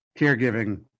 caregiving